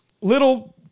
little